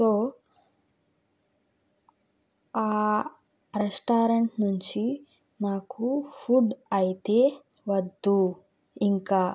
so ఆ restaurant నుంచి మాకు ఫుడ్ అయితే వద్దు ఇంకా